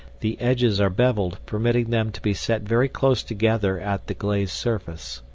the edges are beveled, permitting them to be set very close together at the glazed surface.